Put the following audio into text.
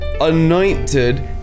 anointed